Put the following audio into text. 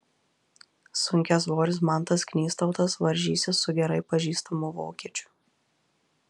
sunkiasvoris mantas knystautas varžysis su gerai pažįstamu vokiečiu